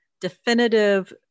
definitive